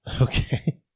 Okay